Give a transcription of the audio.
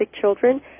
children